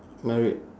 married